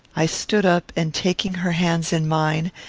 i stood up, and taking her hands in mine,